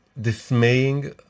dismaying